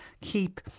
Keep